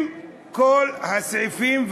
אם כל הסעיפים,